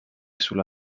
sulla